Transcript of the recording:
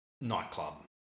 nightclub